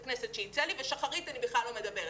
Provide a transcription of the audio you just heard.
כנסת שיצא לי ועל שחרית אני בכלל לא מדברת.